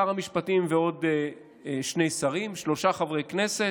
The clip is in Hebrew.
שר המשפטים ועוד שני שרים ושלושה חברי כנסת,